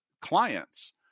clients